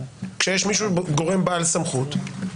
כשיש מישהו גורם בעל סמכות,